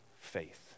faith